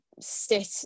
sit